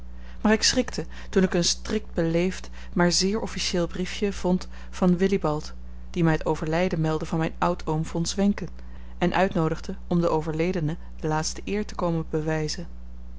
ik schrikte toen ik een strikt beleefd maar zeer officieel briefje vond van willibald die mij het overlijden meldde van mijn oud oom von zwenken en uitnoodigde om den overledene de laatste eer te komen bewijzen